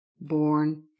born